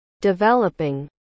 Developing